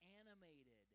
animated